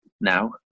now